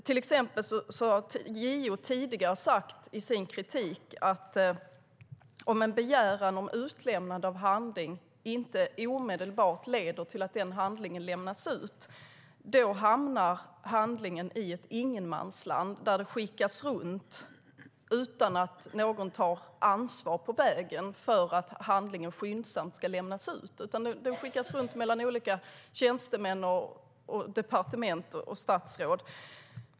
Till exempel har JO tidigare sagt i sin kritik att om en begäran om utlämnande av handling inte omedelbart leder till att handlingen lämnas ut hamnar handlingen i ett ingenmansland - den skickas runt utan att någon på vägen tar ansvar för att handlingen skyndsamt ska lämnas ut. Den skickas i stället runt mellan olika tjänstemän, departement och statsråd.